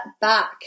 back